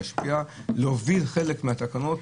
להוביל חלק מהתקנות,